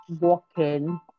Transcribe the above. walking